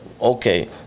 okay